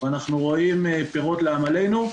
ואנחנו רואים פירות לעמלנו.